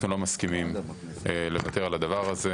אנחנו לא מסכימים לוותר על הדבר הזה.